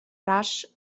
rush